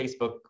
Facebook